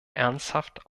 ernsthaft